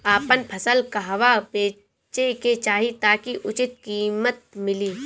आपन फसल कहवा बेंचे के चाहीं ताकि उचित कीमत मिली?